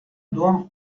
doan